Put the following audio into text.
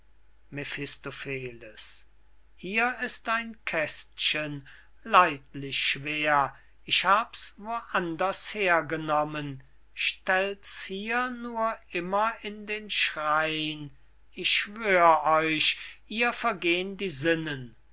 hier ist ein kästchen leidlich schwer ich hab's wo anders hergenommen stellt's hier nur immer in den schrein ich schwör euch ihr vergehn die sinnen